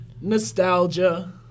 Nostalgia